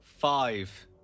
Five